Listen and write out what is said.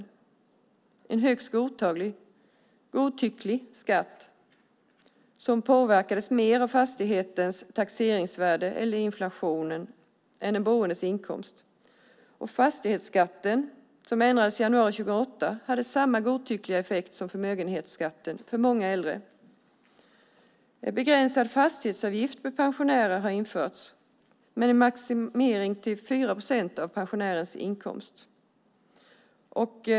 Det var en högst godtycklig skatt som påverkades mer av fastighetens taxeringsvärde eller inflationen än av den boendes inkomst. Fastighetsskatten, som ändrades i januari 2008, hade samma godtyckliga effekt som förmögenhetsskatten för många äldre. En begränsad fastighetsavgift för pensionärer har införts med maximering till 4 procent av pensionärens inkomst.